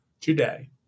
today